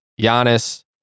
Giannis